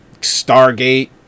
Stargate